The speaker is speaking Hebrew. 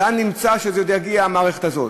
לאן נמצא שעוד תגיע המערכת הזאת,